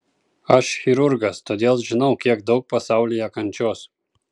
aš chirurgas todėl žinau kiek daug pasaulyje kančios